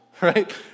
right